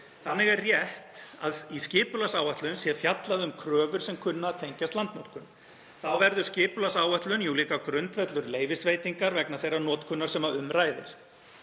Þannig er rétt að í skipulagsáætlun sé fjallað um kröfur sem kunna að tengjast landnotkun. Þá verður skipulagsáætlun grundvöllur leyfisveitingar vegna þeirrar notkunar sem um ræðir.